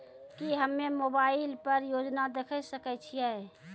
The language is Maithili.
की हम्मे मोबाइल पर योजना देखय सकय छियै?